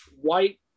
white